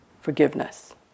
forgiveness